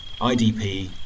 IDP